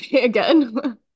again